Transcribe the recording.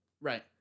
right